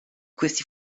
questi